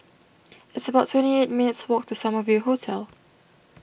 it's about twenty eight minutes' walk to Summer View Hotel